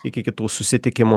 iki kitų susitikimų